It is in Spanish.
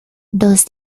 dos